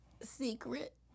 Secret